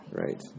right